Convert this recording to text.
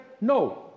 No